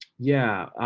yeah,